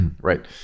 Right